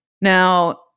Now